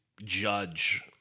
judge